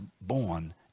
born